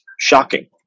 shocking